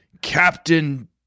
Captain